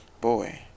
boy